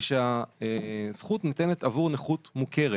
הוא שהזכות ניתנת עבור נכות מוכרת.